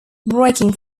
breaking